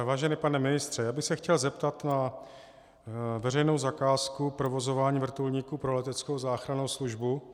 Vážený pane ministře, já bych se chtěl zeptat na veřejnou zakázku provozování vrtulníku pro Leteckou záchrannou službu.